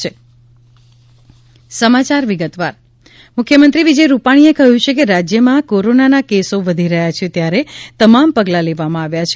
મ્ખ્યમંત્રી મુખ્યમંત્રી વિજય રૂપાણીએ કહ્યું છે કે રાજ્યમાં કોરોનાના કેસો વધી રહ્યા છે ત્યારે તમામ પગલાં લેવામાં આવ્યા છે